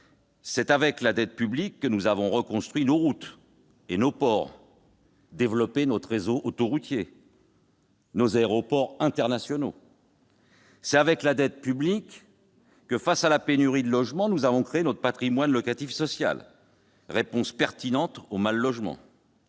C'est avec la dette publique que nous avons reconstruit nos routes et nos ports, développé notre réseau autoroutier, nos aéroports internationaux ! C'est avec la dette publique que, devant la pénurie de logements, nous avons créé notre patrimoine locatif social, réponse pertinente au mal-logement